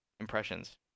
impressions